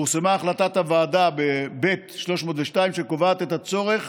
פורסמה החלטת הוועדה ב/302, שקובעת את הצורך